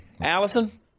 Allison